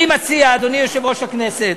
אני מציע, אדוני יושב-ראש הכנסת,